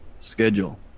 schedule